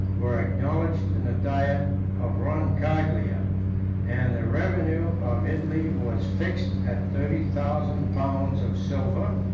were acknowledged in the diet of roncaglia and the revenue of italy was fixed at thirty thousand pounds of silver,